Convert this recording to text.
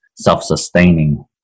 self-sustaining